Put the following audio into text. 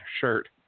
shirt